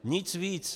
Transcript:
Nic víc.